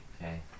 Okay